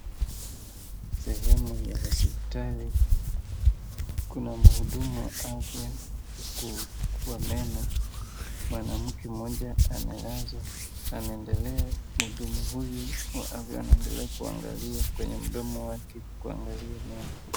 Sehemu ya hospitali, kuna mhudumu wa afya kwa meno. Mwanamke mmoja amelazwa anaendela muhudumu huyu akiwa anaendelea kuangalia kwenye mdomo wake kuangalia meno.